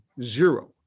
zero